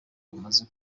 bumaze